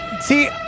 See